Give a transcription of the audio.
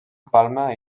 palma